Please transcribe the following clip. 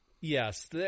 Yes